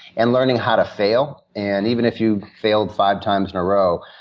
and learning how to fail. and even if you failed five times in a row,